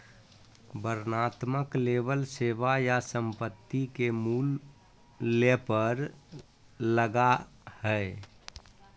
वर्णनात्मक लेबल सेवा या संपत्ति के मूल्य पर लगा हइ